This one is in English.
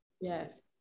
Yes